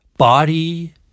body